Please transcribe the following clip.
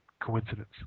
coincidence